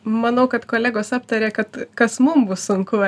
manau kad kolegos aptarė kad kas mum bus sunku